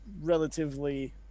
relatively